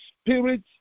spirit